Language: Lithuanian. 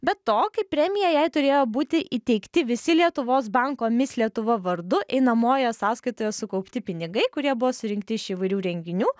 bet to kaip premija jai turėjo būti įteikti visi lietuvos banko mis lietuva vardu einamojoje sąskaitoje sukaupti pinigai kurie buvo surinkti iš įvairių renginių